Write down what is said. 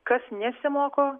kas nesimoko